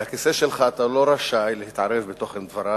מהכיסא שלך אתה לא רשאי להתערב בתוכן דבריו